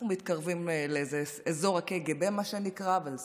אנחנו מתקרבים לאזור הקג"ב, מה שנקרא, וזה סבבה.